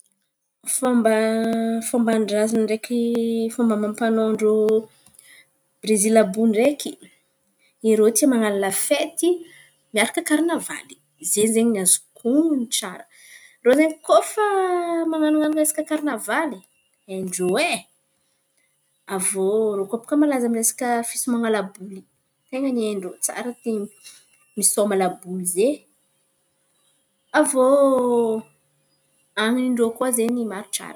Fomba fomban-drazan̈a ndraiky fomba amam-panaon-drô Brezily àby iô ndraiky. Irô tia man̈ano fety, miaraka karnaval. Izen̈y zen̈y azoko honon̈o tsara. Irô zen̈y kà fa man̈ano resaka karnavaly hain-drô ai. Avô irô koAbaka malaza amy resaka fisôman̈a laboly, ten̈a ny hain-drô tsara misôma laboly zen̈y. Avô hanin-drô koa ze maro tsara.